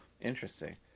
Interesting